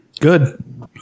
Good